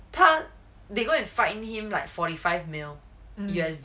他 they go and fine him like forty five mil~ U_S_D right